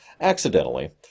accidentally